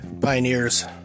pioneers